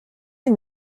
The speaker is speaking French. une